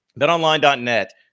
BetOnline.net